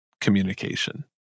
communication